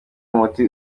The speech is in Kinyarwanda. umuti